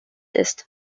ist